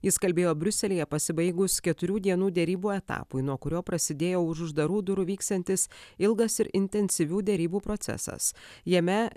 jis kalbėjo briuselyje pasibaigus keturių dienų derybų etapui nuo kurio prasidėjo už uždarų durų vyksiantis ilgas ir intensyvių derybų procesas jame